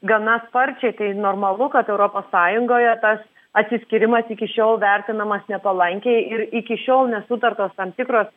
gana sparčiai tai normalu kad europos sąjungoje tas atsiskyrimas iki šiol vertinamas nepalankiai ir iki šiol nesutartos tam tikros